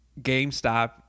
GameStop